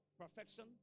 Perfection